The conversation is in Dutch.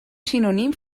synoniem